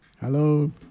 Hello